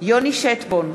יוני שטבון,